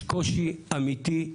יש קושי אמיתי,